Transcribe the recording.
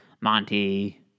Monty